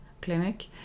clinic